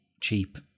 cheap